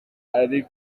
ari